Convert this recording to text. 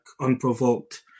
unprovoked